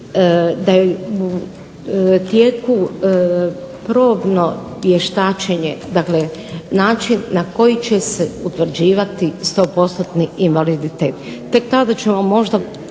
Da je u tijeku probno vještačenje, način na koji će se utvrđivati 100%-tni invaliditet. Tek tada ćemo možda